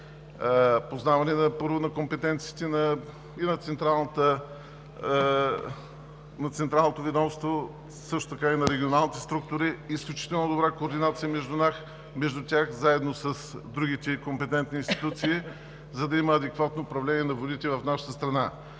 познаване на компетенциите на централното ведомство, а също на регионалните структури и изключително добра координация между тях заедно с другите компетентни институции, за да има адекватно управление на водите в нашата страна.